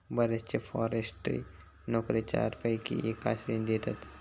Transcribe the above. बरेचशे फॉरेस्ट्री नोकरे चारपैकी एका श्रेणीत येतत